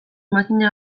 makina